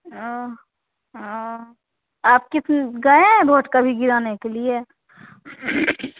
आप किस गए हैं भोट कभी गिराने के लिए